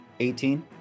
18